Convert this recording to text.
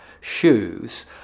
shoes